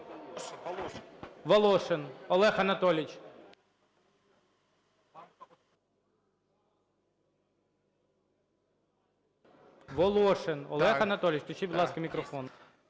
Волошин Олег Анатолійович. Волошин Олег Анатолійович, включіть, будь ласка, мікрофон.